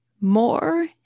more